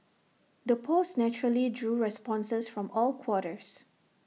the post naturally drew responses from all quarters